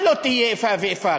ואומר שבעמונה,